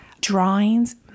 drawings